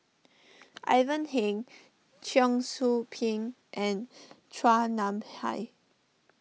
Ivan Heng Cheong Soo Pieng and Chua Nam Hai